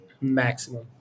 maximum